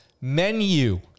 menu